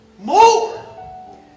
More